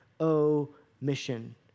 omission